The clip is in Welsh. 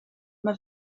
mae